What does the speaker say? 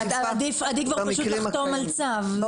אבל עדיף כבר פשוט לחתום על צו,